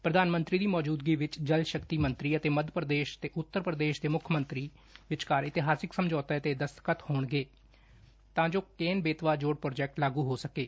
ਪੁਧਾਨ ਮੰਤਰੀ ਦੀ ਮੌਜੁਦਗੀ ਵਿੱਚ ਜਲ ਸ਼ਕਤੀ ਮੰਤਰੀ ਤੇ ਮੱਧ ਪ੍ਰਦੇਸ਼ ਤੇ ਉਂਤਰ ਪ੍ਰਦੇਸ਼ ਦੇ ਮੁੱਖ ਮੰਤਰੀਆਂ ਵਿਚਕਾਰ ਇਤਿਹਾਸਕ ਸਮਝੋਤੇ ਤੇ ਦਸਤਖ਼ਤ ਹੋਣਗੇ ਤਾਂ ਜੋ ਕੇਨ ਬੇਤਵਾ ਜੋਤ ਪ੍ਰੋਜੈਕਟ ਲਾਗੂ ਹੋ ਸਕੇ